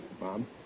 Mom